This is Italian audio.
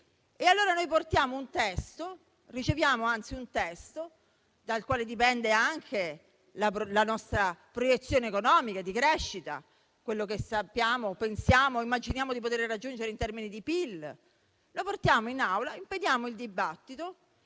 E allora, riceviamo un testo dal quale dipende anche la nostra proiezione economica di crescita, quello che pensiamo o immaginiamo di poter raggiungere in termini di PIL. Lo portiamo in Aula, impediamo il dibattito